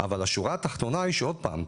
אבל השורה התחתונה היא שעוד פעם,